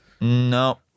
No